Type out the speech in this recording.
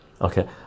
Okay